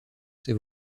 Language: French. ses